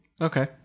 Okay